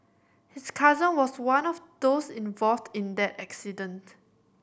his cousin was one of those involved in that accident